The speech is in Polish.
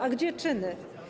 A gdzie czyny?